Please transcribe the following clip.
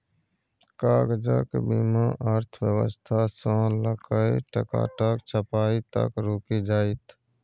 कागजक बिना अर्थव्यवस्था सँ लकए टकाक छपाई तक रुकि जाएत